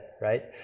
right